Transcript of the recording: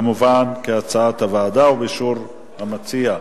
כמובן כהצעת הוועדה ובאישור המציע.